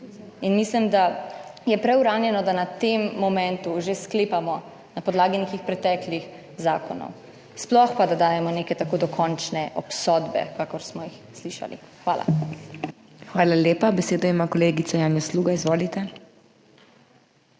In mislim, da je preuranjeno, da na tem momentu že sklepamo na podlagi nekih preteklih zakonov, sploh pa, da dajemo neke tako dokončne obsodbe, kakor smo jih slišali. Hvala. **PODPREDSEDNICA MAG. MEIRA HOT:** Hvala lepa. Besedo ima kolegica Janja Sluga, izvolite.